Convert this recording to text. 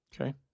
Okay